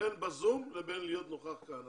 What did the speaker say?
בין בזום ובין להיות נוכח כאן.